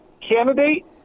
candidate